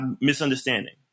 misunderstanding